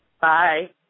Bye